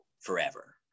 forever